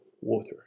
water